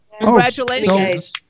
Congratulations